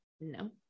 No